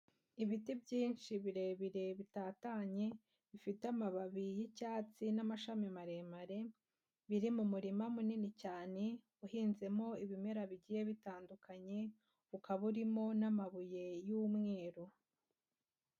Ibiti byinshi birebire bitatanye, bifite amababi y'icyatsi n'amashami maremare, biri mu murima munini cyane uhinzemo ibimera bigiye bitandukanye, ukaba urimo n'amabuye y'umweru.